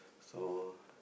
so